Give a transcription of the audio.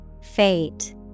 Fate